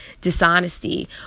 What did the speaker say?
dishonesty